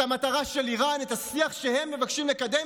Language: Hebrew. את המטרה של איראן, את השיח שהם מבקשים לקדם.